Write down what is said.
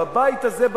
בבית הזה,